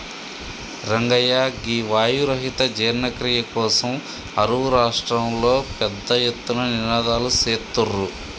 రంగయ్య గీ వాయు రహిత జీర్ణ క్రియ కోసం అరువు రాష్ట్రంలో పెద్ద ఎత్తున నినాదలు సేత్తుర్రు